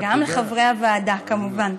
גם לחברי הוועדה, כמובן.